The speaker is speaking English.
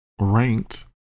ranked